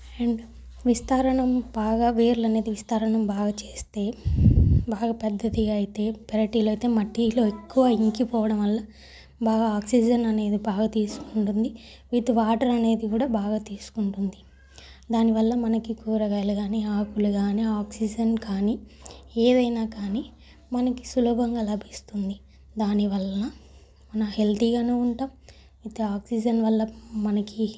and విస్తారణం బాగా వేర్లనేది విస్తారణం బాగా చేస్తే బాగా పెద్దదిగా అయితే పెరటిలో అయితే మట్టిలో ఎక్కువ ఇంకిపోవడం వల్ల బాగా ఆక్సిజన్ అనేది బాగా తీసుకుంటుంది విత్ వాటర్ అనేది కూడా బాగా తీసుకుంటుంది దానివల్ల మనకి కూరగాయలు కానీ ఆకులు కానీ ఆక్సిజన్ కానీ ఏదైనా కానీ మనకి సులభంగా లభిస్తుంది దాని వల్న మనం హెల్తీగాను ఉంటాం విత్ ఆక్సిజన్ వల్ల మనకి